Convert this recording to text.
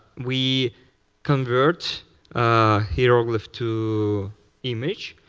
we convert hieroglyph to image,